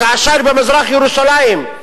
כאשר במזרח-ירושלים,